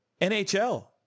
NHL